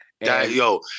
Yo